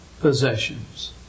possessions